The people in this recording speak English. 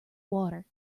water